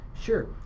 Sure